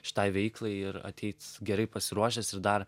šitai veiklai ir ateit gerai pasiruošęs ir dar